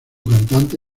cantante